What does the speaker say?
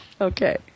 Okay